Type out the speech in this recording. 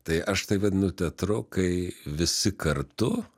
tai aš tai vadinu teatru kai visi kartu